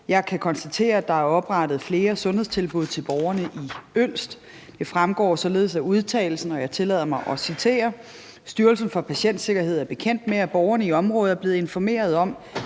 Jeg kan konstatere, at der er oprettet flere sundhedstilbud til borgerne i Ølst, og det fremgår således af udtalelsen – og jeg tillader mig at citere: Styrelsen for Patientsikkerhed er bekendt med, at borgerne i området er blevet informeret om,